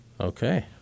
Okay